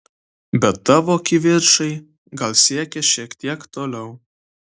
bet tavo kivirčai gal siekė šiek tiek toliau